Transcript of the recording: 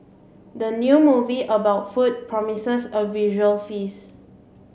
the new movie about food promises a visual feast